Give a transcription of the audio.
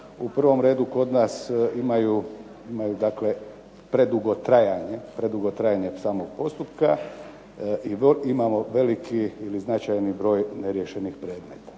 u prvom redu kod nas imaju, dakle predugo trajanje samog postupka i imamo veliki ili značajni broj neriješenih predmeta.